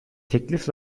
teklif